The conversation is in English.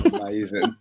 Amazing